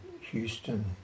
Houston